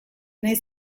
naiz